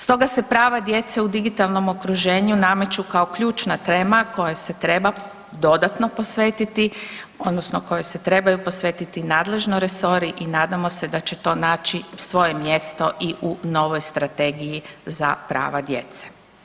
Stoga se prava djece u digitalnom okruženju nameću kao ključna tema kojoj se treba dodatno posvetiti odnosno kojoj se trebaju posvetiti nadležni resori i nadamo se da će to naći svoje mjesto i u novoj strategiji za prava djece.